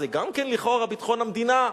זה גם כן לכאורה ביטחון המדינה.